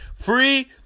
Free